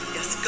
Yes